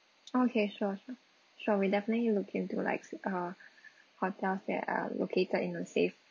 okay sure sure sure we definitely look into likes uh hotels that are located in a safe